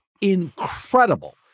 Incredible